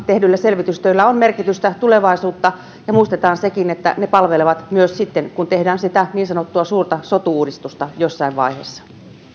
tehdyllä selvitystyöllä on merkitystä ja tulevaisuutta ja muistetaan sekin että se palvelee myös sitten kun tehdään sitä niin sanottua suurta sotu uudistusta jossain vaiheessa